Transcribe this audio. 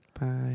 Bye